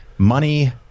Money